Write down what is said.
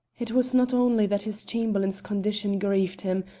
it was not only that his chamberlain's condition grieved him,